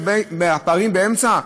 והפערים באמצע,